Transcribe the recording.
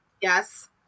Yes